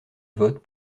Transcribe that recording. votes